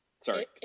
sorry